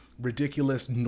ridiculous